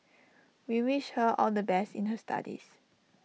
we wish her all the best in her studies